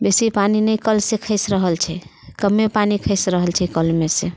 बेसी पानि नहि कलसँ खसि रहल छै कमे पानि खसि रहल छै कलमे सँ